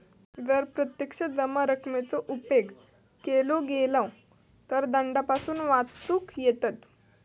जर प्रत्यक्ष जमा रकमेचो उपेग केलो गेलो तर दंडापासून वाचुक येयत